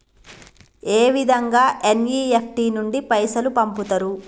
ఏ విధంగా ఎన్.ఇ.ఎఫ్.టి నుండి పైసలు పంపుతరు?